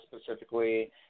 specifically